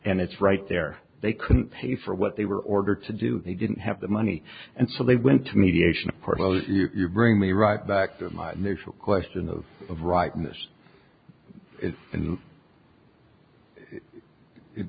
and it's right there they couldn't pay for what they were ordered to do they didn't have the money and so they went to mediation porto's you bring me right back to my initial question of of writing this and it